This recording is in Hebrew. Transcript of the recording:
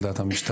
על דעת המשטרה,